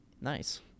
Nice